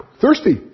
Thirsty